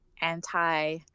anti